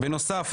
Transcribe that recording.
בנוסף,